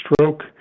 stroke